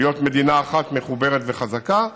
מדינה אחת מחוברת וחזקה.